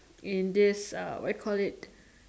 in this uh what you call it